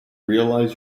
realize